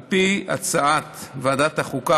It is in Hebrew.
על פי הצעת ועדת החוקה,